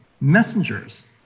messengers